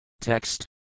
Text